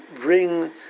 bring